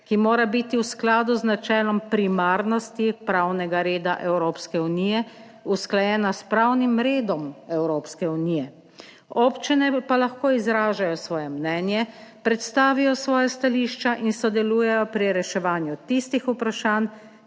ki mora biti v skladu z načelom primarnosti pravnega reda Evropske unije, usklajena s pravnim redom Evropske unije. Občine pa lahko izražajo svoje mnenje, predstavijo svoja stališča in sodelujejo pri reševanju tistih vprašanj,